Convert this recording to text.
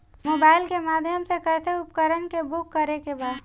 Mobile के माध्यम से कैसे उपकरण के बुक करेके बा?